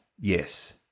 yes